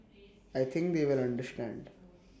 I think they will understand